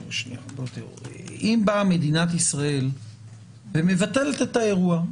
אם מדינת ישראל באה ומבטלת את האירוע,